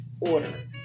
order